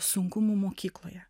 sunkumų mokykloje